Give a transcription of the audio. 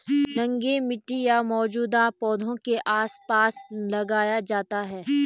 नंगे मिट्टी या मौजूदा पौधों के आसपास लगाया जाता है